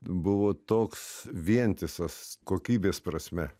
buvo toks vientisas kokybės prasme